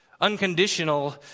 unconditional